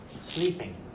sleeping